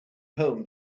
home